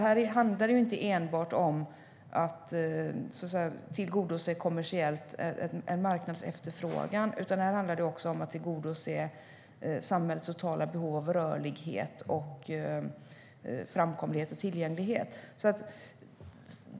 Här handlar det inte enbart om att kommersiellt tillgodose en marknadsefterfrågan, utan det handlar också om att tillgodose samhällets totala behov av rörlighet, framkomlighet och tillgänglighet.